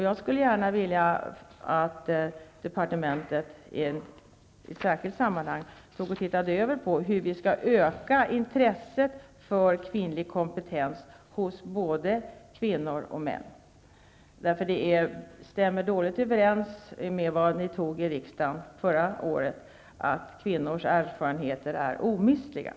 Jag skulle gärna vilja att departementet i ett särskilt sammanhang studerade hur vi skall öka intresset för kvinnlig kompetens hos både kvinnor och män. Tillståndet stämmer dåligt överens med det som riksdagen uttalade förra året, nämligen att kvinnors erfarenheter är omistliga.